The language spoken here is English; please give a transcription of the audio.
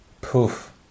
poof